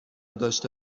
داشته